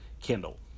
Kindle